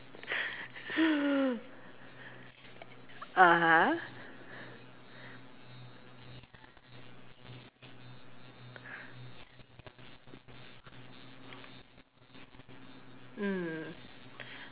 (uh huh) mm